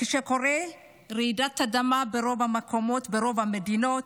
כשקורית רעידת אדמה, ברוב המקומות, ברוב המדינות,